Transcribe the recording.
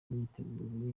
imyiteguro